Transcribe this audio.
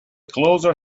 closer